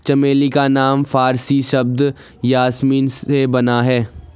चमेली का नाम फारसी शब्द यासमीन से बना है